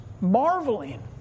marveling